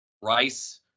Rice